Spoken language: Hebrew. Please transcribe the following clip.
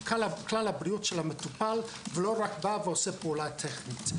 הבריאות של המטופל ולא רק בא ועושה פעולה טכנית.